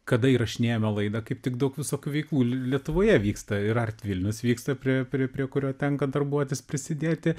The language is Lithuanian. kada įrašinėjame laidą kaip tik daug visokių veiklų lietuvoje vyksta ir artvilnius vyksta prie prie prie kurio tenka darbuotis prisidėti